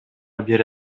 бере